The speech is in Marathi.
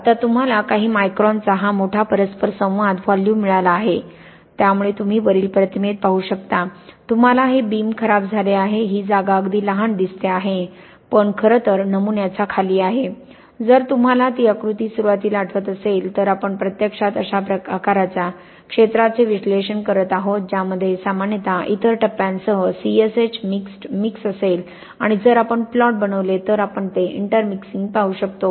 आता तुम्हाला काही मायक्रॉनचा हा मोठा परस्परसंवाद व्हॉल्यूम मिळाला आहे त्यामुळे तुम्ही वरील प्रतिमेत पाहू शकता तुम्हाला हे बीम खराब झाले आहे ही जागा अगदी लहान दिसते आहे पण खरं तर नमुन्याच्या खाली आहे जर तुम्हाला तो आकृती सुरुवातीला आठवत असेल तर आपण प्रत्यक्षात अशा प्रकारच्या आकाराच्या क्षेत्राचे विश्लेषण करत आहोत ज्यामध्ये सामान्यत इतर टप्प्यांसह CSH मिक्स्ड मिक्स असेल आणि जर आपण प्लॉट बनवले तर आपण ते इंटरमिक्शिंग पाहू शकतो